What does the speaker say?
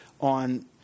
on